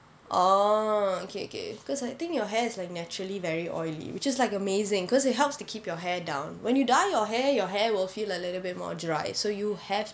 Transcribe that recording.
oh okay okay because I think your hairs like naturally very oily which is like amazing because it helps to keep your hair down when you dye your hair your hair will feel a little bit more dry so you have